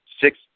six